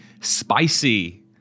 spicy